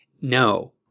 No